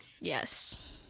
Yes